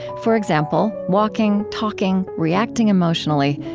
for example walking, talking, reacting emotionally,